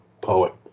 poet